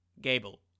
Gable